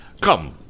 Come